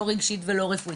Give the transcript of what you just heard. לא רגשית ולא רפואית,